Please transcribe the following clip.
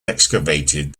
excavated